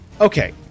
Okay